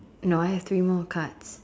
no I have three more cards